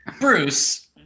Bruce